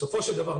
בסופו של דבר,